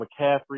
McCaffrey